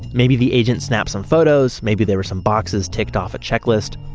maybe the agent snapped some photos, maybe there were some boxes ticked off a checklist,